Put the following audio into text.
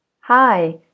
Hi